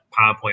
PowerPoint